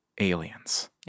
aliens